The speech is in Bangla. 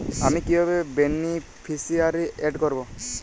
আমি কিভাবে বেনিফিসিয়ারি অ্যাড করব?